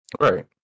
Right